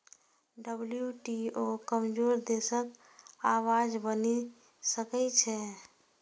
WTO कमजोर देशक आवाज बनि सकै छै